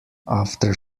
after